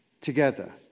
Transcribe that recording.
together